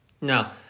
Now